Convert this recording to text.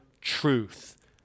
truth